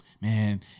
man